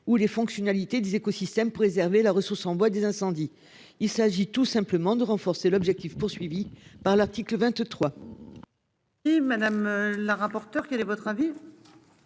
ou les fonctionnalités des écosystèmes préserver la ressource en bois des incendies. Il s'agit tout simplement de renforcer l'objectif poursuivi par la petite le 23. Si madame la rapporteure. Quel est votre avis.